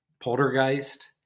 Poltergeist